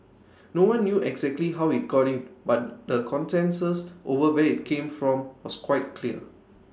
no one knew exactly how IT got in but the consensus over where IT came from was quite clear